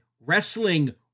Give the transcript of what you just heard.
wrestling